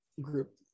group